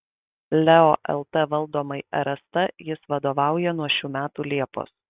leo lt valdomai rst jis vadovauja nuo šių metų liepos